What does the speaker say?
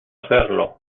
hacerlo